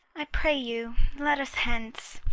i pray you let us hence,